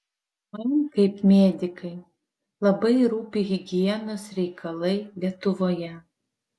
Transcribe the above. man kaip medikei labai rūpi higienos reikalai lietuvoje